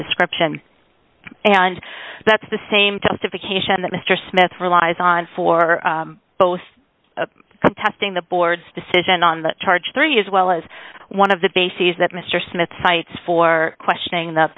just scription and that's the same justification that mr smith relies on for both contesting the board's decision on that charge three as well as one of the bases that mr smith cites for questioning th